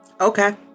Okay